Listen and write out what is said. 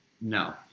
No